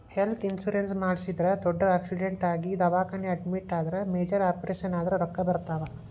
health insurance ಮಾಡಿಸಿದ್ರ ದೊಡ್ಡ್ accident ಆಗಿ ದವಾಖಾನಿ ಅಡ್ಮಿಟ್ ಆದ್ರ ಮೇಜರ್ ಆಪರೇಷನ್ ಆದ್ರ ರೊಕ್ಕಾ ಬರ್ತಾವ